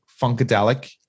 Funkadelic